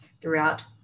throughout